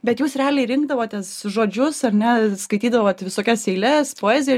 bet jūs realiai rinkdavotės žodžius ar ne skaitydavot visokias eiles poeziją